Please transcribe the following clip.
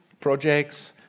projects